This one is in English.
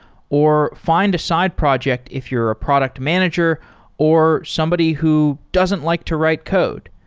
or find a side project if you're a product manager or somebody who doesn't like to write code.